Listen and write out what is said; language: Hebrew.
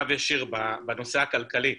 קו ישיר בנושא הכלכלי